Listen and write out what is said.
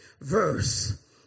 verse